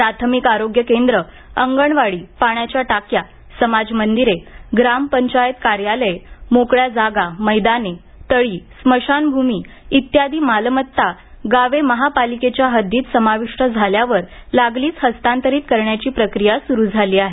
प्राथमिक आरोग्य केंद्र अंगणवाडी पाण्याच्या टाक्या समाज मंदिरे ग्रामपंचायत कार्यालये मोकळ्या जागा मैदाने तळी स्मशानभूमी इत्यादी मालमत्ता गावे महापालिकेच्या हद्दीत समाविष्ट झाल्यावर लागलीच हस्तांतरित करण्याची प्रक्रिया सुरू झाली आहे